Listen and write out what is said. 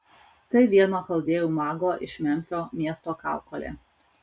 tai vieno chaldėjų mago iš memfio miesto kaukolė